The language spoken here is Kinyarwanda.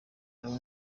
nabo